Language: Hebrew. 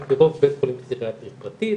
על פי רוב בית חולים פסיכיאטרי פרטי,